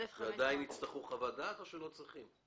עדיין יצטרכו חוות דעת או שלא צריכים?